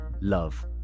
love